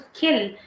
kill